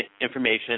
information